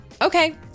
Okay